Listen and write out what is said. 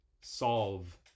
solve